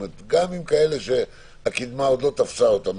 גם לכאלה שהקדמה עוד לא תפסה אותם.